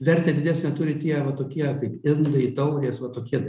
vertę didesnę turi tie va tokie kaip indai taurės va tokie